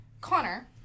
Connor